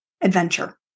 adventure